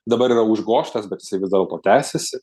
dabar yra užgožtas bet vis dėlto tęsiasi